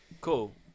Cool